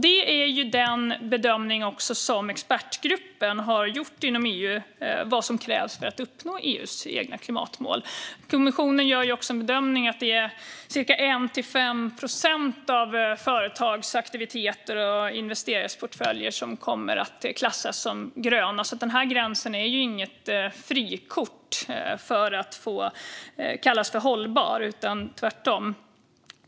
Det är också den bedömning som expertgruppen inom EU har gjort av vad som krävs för att uppnå EU:s egna klimatmål. Kommissionen bedömer också att det är 1-5 procent av företagsaktiviteter och investeringsportföljer som kommer att klassas som gröna. Den här gränsen är alltså inget frikort för att få kallas för hållbar, tvärtom.